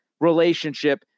relationship